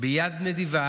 ביד נדיבה,